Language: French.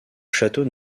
château